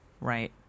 right